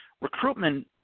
Recruitment